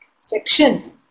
section